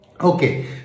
Okay